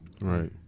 right